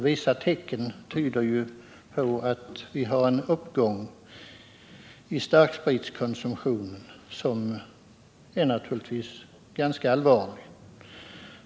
Vissa tecken tyder på en uppgång i starkspritskonsumtionen, som naturligtvis är ganska allvarlig.